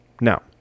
Now